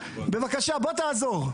בבקשה בוא תעזור.